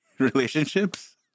relationships